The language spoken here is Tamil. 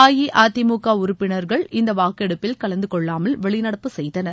அஇஅதிமுக உறுப்பினர்கள் இந்த வாக்கெடுப்பில் கலந்துகொள்ளாமல் வெளிநடப்பு செய்தனர்